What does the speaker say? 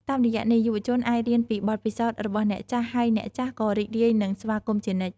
តាមរយៈនេះ យុវជនអាចរៀនពីបទពិសោធន៍របស់អ្នកចាស់ ហើយអ្នកចាស់ក៏រីករាយនឹងស្វាគមន៍ជានិច្ច។